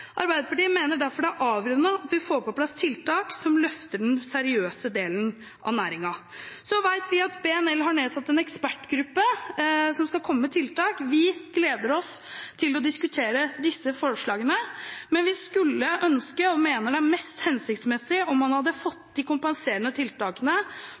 Arbeiderpartiet mener derfor det er avgjørende at vi får på plass tiltak som løfter den seriøse delen av næringen. Vi vet at BNL har nedsatt en ekspertgruppe som skal komme med tiltak. Vi gleder oss til å diskutere disse forslagene, men vi skulle ønske – og mener det er mest hensiktsmessig – at man hadde